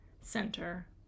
center